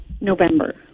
November